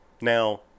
now